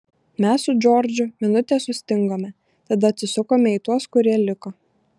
mes su džordžu minutę sustingome tada atsisukome į tuos kurie liko